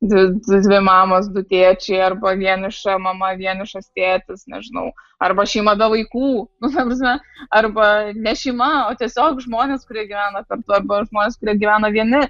dvi dvi mamos du tėčiai arba vieniša mama vienišas tėtis nežinau arba šeima be vaikų nu ta prasme arba ne šeima o tiesiog žmonės kurie gyvena kartu arba žmonės kurie gyvena vieni